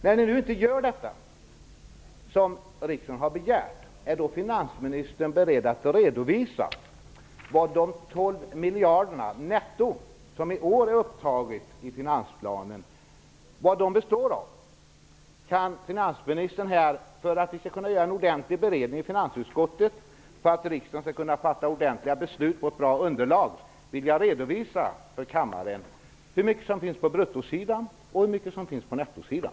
När ni inte gör det som riksdagen har begärt, är finansministern då beredd att redovisa vad de 12 miljarder netto som i år tagits upp i finansplanen består av? Skulle finansministern, för att vi skall kunna göra en ordentlig beredning i finansutskottet och för att riksdagen skall kunna fatta ordentliga beslut baserade på ett bra underlag, vilja redovisa för kammaren hur mycket som finns på bruttosidan och hur mycket som finns på nettosidan?